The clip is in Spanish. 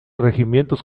regimientos